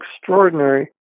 extraordinary